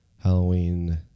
Halloween